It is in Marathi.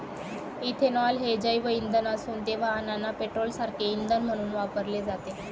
इथेनॉल हे जैवइंधन असून ते वाहनांना पेट्रोलसारखे इंधन म्हणून वापरले जाते